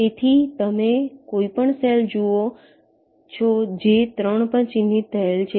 તેથી તમે કોઈપણ સેલ જુઓ છો જે 3 પર ચિહ્નિત થયેલ છે